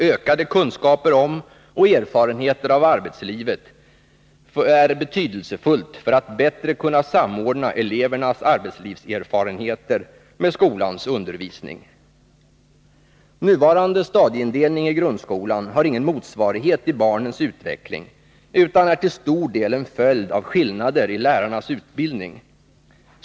Ökade kunskaper om och erfarenheter av arbetslivet är betydelsefulla för att bättre kunna samordna elevernas arbetslivserfarenheter med skolans undervisning. Nuvarande stadieindelning i grundskolan har ingen motsvarighet i barnens utveckling utan är till stor del en följd av skillnader i lärarnas utbildning.